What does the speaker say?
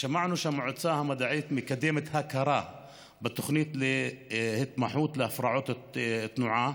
שמענו שהמועצה המדעית מקדמת הכרה בתוכנית להתמחות בהפרעות תנועה,